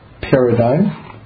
paradigm